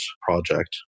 project